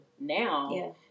now